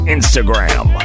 Instagram